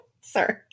Sorry